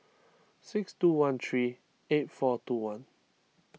six two one three eight four two one